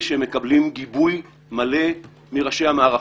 שהם מקבלים גיבוי מלא מראשי המערכות.